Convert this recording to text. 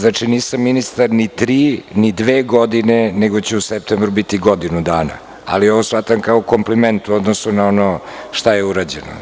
Nisam ministar ni tri, ni dve godine, nego će u septembru mesecu biti godinu dana, ali ovo shvatam kao kompliment u odnosu na ono šta je urađeno.